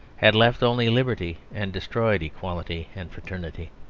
had left only liberty and destroyed equality and fraternity.